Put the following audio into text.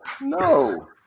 No